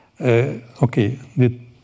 okay